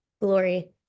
glory